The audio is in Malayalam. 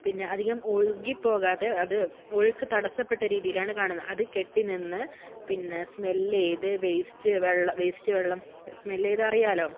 പിന്നെ അധികം ഒഴുകിപ്പോകാതെ അത് ഒഴുക്ക് തടസപ്പെട്ട രീതിയിലാണ് കാണുന്നത് അത് കെട്ടിനിന്ന് പിന്നെ സ്മെൽ ചെയ്ത് വേസ്റ്റ് വെള്ളം വേസ്റ്റ് വെള്ളം സ്മെൽ ചെയ്താൽ അറിയാമല്ലോ